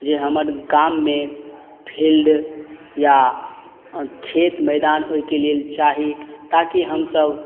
जे हमर गाममे फील्ड या खेत मैदान ओइके लेल चाही ताकि हमसब